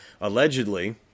allegedly